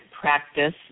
practice